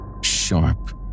sharp